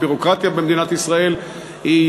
הביורוקרטיה במדינת ישראל היא,